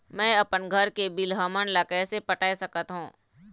मैं अपन घर के बिल हमन ला कैसे पटाए सकत हो?